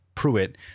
Pruitt